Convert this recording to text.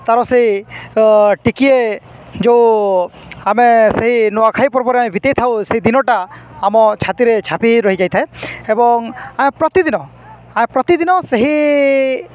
ତା'ର ସେଇ ଟିକିଏ ଯେଉଁ ଆମେ ସେହି ନୂଆଖାଇ ପର୍ବରେ ଆମେ ବିତାଇ ଥାଉ ସେଇ ଦିନଟା ଆମ ଛାତିରେ ଛାପି ରହିଯାଇଥାଏ ଏବଂ ଆ ପ୍ରତିଦିନ ଆ ପ୍ରତିଦିନ ସେହି